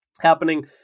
happening